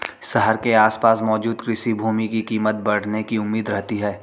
शहर के आसपास मौजूद कृषि भूमि की कीमत बढ़ने की उम्मीद रहती है